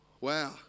Wow